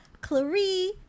Clarie